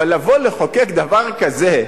אבל לבוא לחוקק דבר כזה,